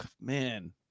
man